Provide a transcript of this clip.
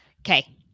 Okay